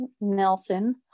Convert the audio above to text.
Nelson